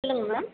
சொல்லுங்கள் மேம்